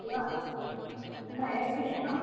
hello அண்ணா எலக்ட்ரிஷனா